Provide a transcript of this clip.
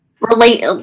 relate